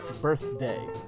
birthday